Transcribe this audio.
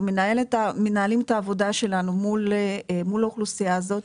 מנהלים את העבודה שלנו מול האוכלוסייה הזאת,